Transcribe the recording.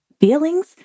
feelings